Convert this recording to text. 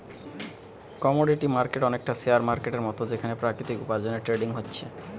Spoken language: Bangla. কমোডিটি মার্কেট অনেকটা শেয়ার মার্কেটের মতন যেখানে প্রাকৃতিক উপার্জনের ট্রেডিং হচ্ছে